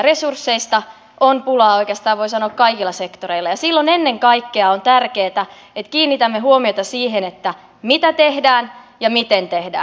resursseista on pulaa oikeastaan voi sanoa kaikilla sektoreilla ja silloin ennen kaikkea on tärkeätä että kiinnitämme huomiota siihen mitä tehdään ja miten tehdään